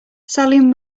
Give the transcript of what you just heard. salim